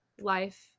life